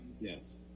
Yes